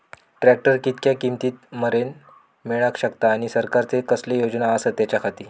Tractor कितक्या किमती मरेन मेळाक शकता आनी सरकारचे कसले योजना आसत त्याच्याखाती?